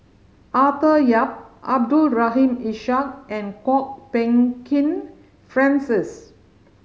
Arthur Yap Abdul Rahim Ishak and Kwok Peng Kin Francis